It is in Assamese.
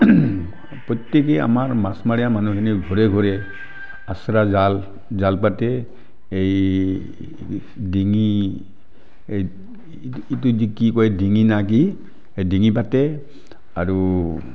প্ৰত্যেকে আমাৰ মাছমৰীয়া মানুহখিনি ঘৰে ঘৰে আশ্ৰা জাল জাল পাতি এই ডিঙি এই ইটো যে কি কয় ডিঙিনে কি সেই ডিঙি পাতে আৰু